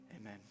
amen